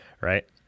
right